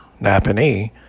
Napanee